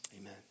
amen